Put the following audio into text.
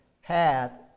hath